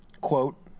Quote